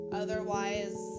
otherwise